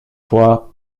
fois